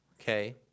okay